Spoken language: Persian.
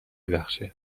بخشه